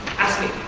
ask me.